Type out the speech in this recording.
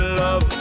love